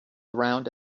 around